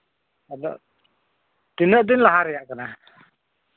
ᱟᱫᱚ ᱛᱤᱱᱟᱹᱜ ᱫᱤᱱ ᱞᱟᱦᱟ ᱨᱮᱭᱟᱜ ᱠᱟᱱᱟ